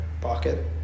Pocket